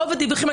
רוב הדיווחים,